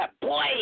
boy